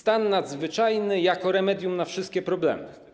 Stan nadzwyczajny jako remedium na wszystkie problemy.